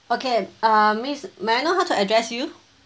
okay uh miss may I know how to address you